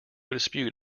dispute